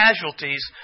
casualties